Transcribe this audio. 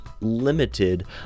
limited